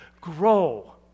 grow